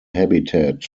habitat